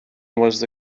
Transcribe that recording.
was